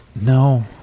No